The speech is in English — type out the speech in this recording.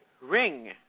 ring